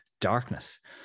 Darkness